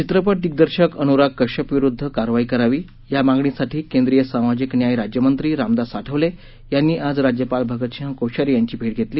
चित्रपट दिग्दर्शक अनुराग कश्यपविरुद्ध कारवाई करावी या मागणीसाठी केंद्रीय सामाजिक न्याय राज्यमंत्री रामदास आठवले यांनी आज राज्यपाल भगतसिंह कोश्यारी यांची भेट घेतली